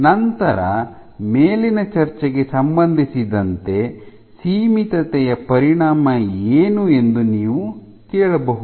ನಂತರ ಮೇಲಿನ ಚರ್ಚೆಗೆ ಸಂಬಂಧಿಸಿದಂತೆ ಸೀಮಿತತೆಯ ಪರಿಣಾಮ ಏನು ಎಂದು ನೀವು ಕೇಳಬಹುದು